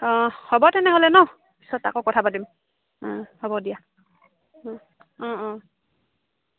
অঁ হ'ব তেনেহ'লে নহ্ পিছত আকৌ কথা পাতিম অঁ হ'ব দিয়া অঁ অঁ